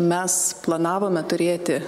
mes planavome turėti